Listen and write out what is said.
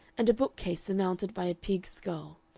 and a bookcase surmounted by a pig's skull,